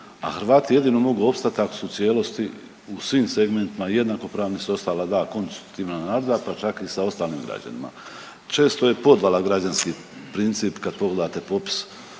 a Hrvati jedino mogu opstat ako su u cijelosti u svim segmentima jednakopravni s ostala dva konstitutivna naroda, pa čak i sa ostalim građanima. Često je podvala građanski princip kad pogledate popis